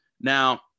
Now